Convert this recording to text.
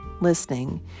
listening